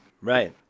Right